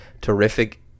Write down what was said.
terrific